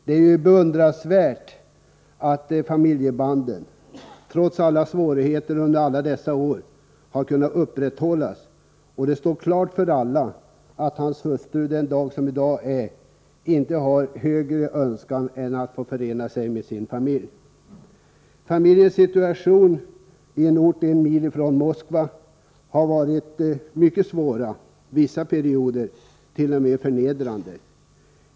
Det är ju beundransvärt att familjebanden trots stora svårigheter under alla dessa år har kunnat upprätthållas. Det står klart för alla att hans hustru den dag som i dag är inte har någon högre önskan än att få förena sig med sin man. Familjens situation i en ort en mil från Moskva har varit mycket svår — vissa perioder t.o.m. förnedrande.